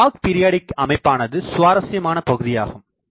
இந்த log periodic அமைப்பானது சுவாரசியமான பகுதியாகும்